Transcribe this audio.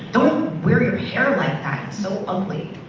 don't wear your hair like that, it's so ugly.